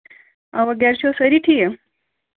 اَوا گرِ چھا سٲری ٹھیٖک